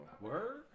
Word